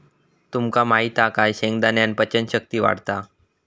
तुमका माहित हा काय शेंगदाण्यान पचन शक्ती वाढता